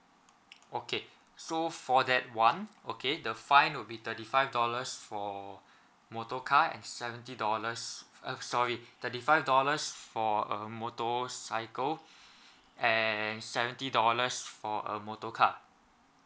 okay so for that one okay the fine will be thirty five dollars for motor car and seventy dollars uh sorry thirty five dollars for a motorcycle and seventy dollars for a motor car